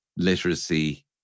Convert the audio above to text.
Literacy